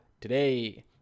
today